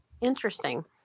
Interesting